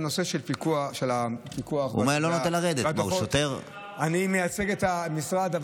הוא אומר: אני לא נותן לרדת.